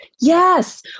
Yes